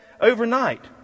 overnight